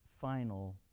final